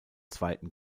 zweiten